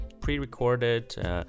pre-recorded